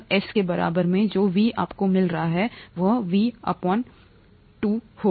S के बराबर में जो V आपको मिल रहा है वह Vm 2 होगा